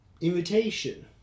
invitation